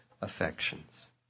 affections